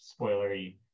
spoilery